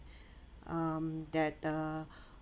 um that uh